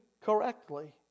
correctly